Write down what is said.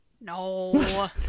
No